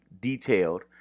detailed